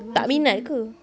tak minat ke